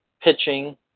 pitching